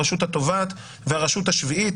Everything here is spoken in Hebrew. הרשות התובעת והרשות השביעית.